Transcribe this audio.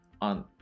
on